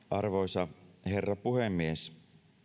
arvoisa herra puhemies